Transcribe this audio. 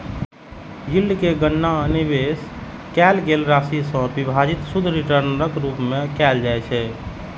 yield के गणना निवेश कैल गेल राशि सं विभाजित शुद्ध रिटर्नक रूप मे कैल जाइ छै